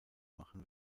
machen